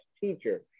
teacher